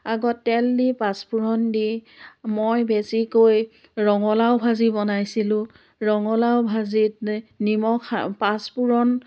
আগত তেল দি পাঁচ ফোৰণ দি মই বেছিকৈ ৰঙলাও ভাজি বনাইছিলোঁ ৰঙলাও ভাজিত নিমখ পাঁচ পোৰণ